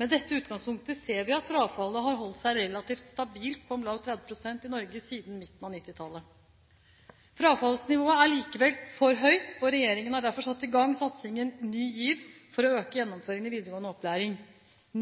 Med dette utgangspunktet ser vi at frafallet har holdt seg relativt stabilt på om lag 30 pst. i Norge siden midten av 1990-tallet. Frafallsnivået er likevel for høyt, og regjeringen har derfor satt i gang satsingen Ny GIV for å øke gjennomføringen i videregående opplæring.